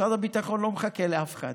משרד הביטחון לא מחכה לאף אחד,